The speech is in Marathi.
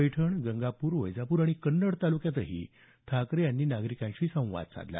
पैठण गंगापूर वैजापूर आणि कन्नड ताल्क्यांमध्येही ठाकरे यांनी नागरिकांशी संवाद साधला